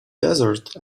desert